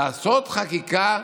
לעשות חקיקה